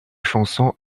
chanson